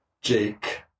Jake